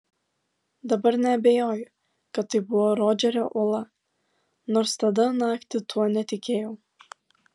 dabar neabejoju kad tai buvo rodžerio uola nors tada naktį tuo netikėjau